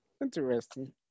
interesting